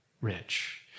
rich